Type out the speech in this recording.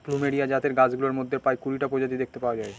plumeria জাতের গাছগুলোর মধ্যে প্রায় কুড়িটা প্রজাতি দেখতে পাওয়া যায়